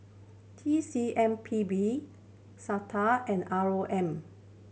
T C M P B SOTA and R O M